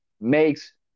makes